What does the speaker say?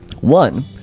One